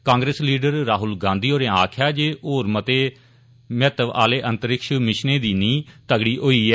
Congress leader Rahul Gandhi होरें आक्खेआ जे होर मते महत्वै आले अंतरिक्ष मिषनें दी नींह तगड़ी होई ऐ